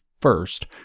first